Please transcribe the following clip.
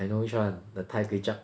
I know which one the thai kway chap